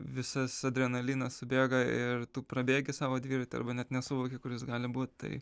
visas adrenalinas subėga ir tu prabėgi savo dviratį arba net nesuvoki kur jis gali būt tai